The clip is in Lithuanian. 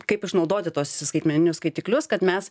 kaip išnaudoti tuos skaitmeninius skaitiklius kad mes